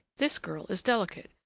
this girl is delicate,